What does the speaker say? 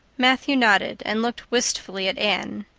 matthew nodded and looked wistfully at anne.